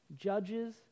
judges